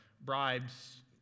bribes